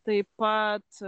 taip pat